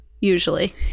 usually